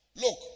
Look